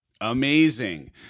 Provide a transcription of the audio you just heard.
Amazing